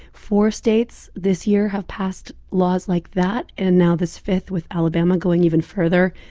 four states this year have passed laws like that and now this fifth with alabama going even further.